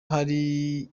hari